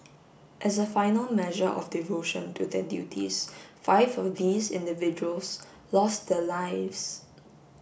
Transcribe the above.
as a final measure of devotion to their duties five of these individuals lost their lives